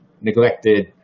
neglected